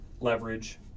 leverage